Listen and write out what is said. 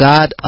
God